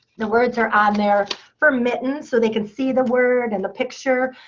the words are on their for mittens, so they can see the word and the picture.